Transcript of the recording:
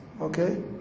okay